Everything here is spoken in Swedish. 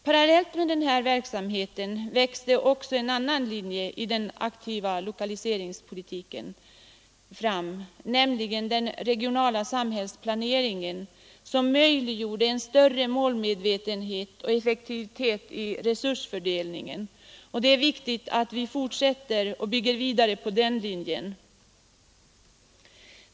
Parallellt med den här verksamheten växte också en annan linje i den aktiva lokaliseringspolitiken fram, nämligen den regionala samhällsplaneringen, som möjliggjorde en större målmedvetenhet och effektivitet i resursfördelningen. Det är viktigt att bygga vidare på den linjen.